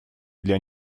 для